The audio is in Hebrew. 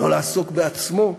לא לעסוק בעצמו,